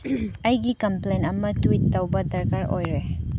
ꯑꯩꯒꯤ ꯀꯝꯄ꯭ꯂꯦꯟ ꯑꯃ ꯇ꯭ꯋꯤꯠ ꯇꯧꯕ ꯗꯔꯀꯥꯔ ꯑꯣꯏꯔꯦ